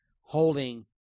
holding